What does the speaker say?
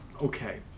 Okay